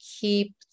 keep